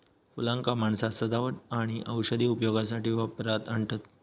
फुलांका माणसा सजावट आणि औषधी उपयोगासाठी वापरात आणतत